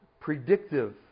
predictive